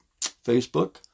Facebook